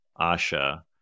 Asha